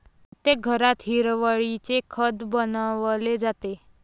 प्रत्येक घरात हिरवळीचे खत बनवले जाते